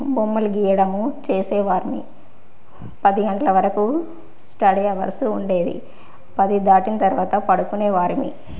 బొమ్మల గీయడము చేసేవాళ్ళం పది గంటల వరకు స్టడీ అవర్స్ ఉండేది పది దాటిన తర్వాత పడుకునే వాళ్ళం